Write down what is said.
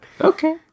Okay